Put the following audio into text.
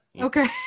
okay